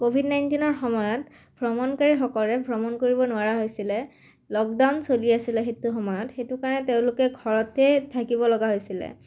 Covid নাইণ্টিনৰ সময়ত ভ্ৰমণকাৰীসকলে ভ্ৰমণ কৰিব নোৱাৰা হৈছিলে লকডাউন চলি আছিলে সেইটো সময়ত সেইটো কাৰণে তেওঁলোকে ঘৰতে থাকিব লগা হৈছিলে